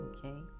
Okay